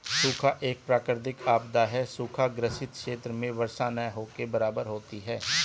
सूखा एक प्राकृतिक आपदा है सूखा ग्रसित क्षेत्र में वर्षा न के बराबर होती है